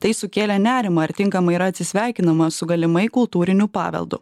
tai sukėlė nerimą ar tinkamai yra atsisveikinama su galimai kultūriniu paveldu